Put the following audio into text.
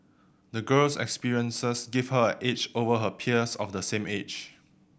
the girl's experiences gave her an edge over her peers of the same age